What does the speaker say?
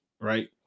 Right